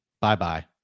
Bye-bye